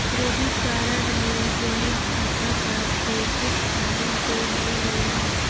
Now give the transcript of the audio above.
Credit card मे joint खाता कर से कुछ हानि तो नइ होही?